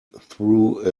threw